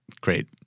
great